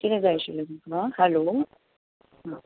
कितें जाय आशिल्लें तुमका हालो आं